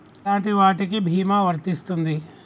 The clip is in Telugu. ఎలాంటి వాటికి బీమా వస్తుంది?